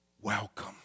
Welcome